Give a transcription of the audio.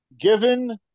given